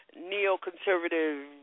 neoconservative